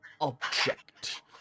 object